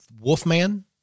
Wolfman